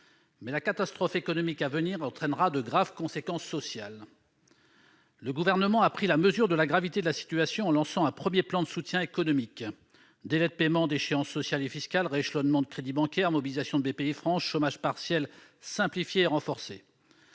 mais la catastrophe économique à venir entraînera de graves conséquences sociales. Le Gouvernement a pris la mesure de la gravité de la situation, en lançant un premier plan de soutien économique : délais de paiement pour les charges sociales et fiscales, rééchelonnement des crédits bancaires, mobilisation de Bpifrance, simplification et renforcement